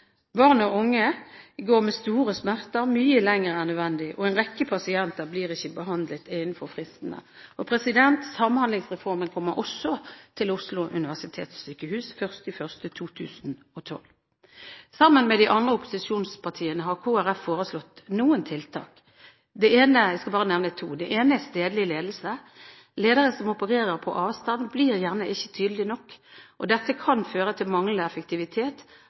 Barn og unge går med store smerter mye lenger enn nødvendig, og en rekke pasienter blir ikke behandlet innenfor fristene. Samhandlingsreformen kommer også til Oslo universitetssykehus 1. januar 2012. Sammen med de andre opposisjonspartiene har Kristelig Folkeparti foreslått noen tiltak, og jeg skal bare nevne to. Det ene er stedlig ledelse. Ledere som opererer på avstand, blir gjerne ikke tydelige nok. Dette kan føre til manglende effektivitet,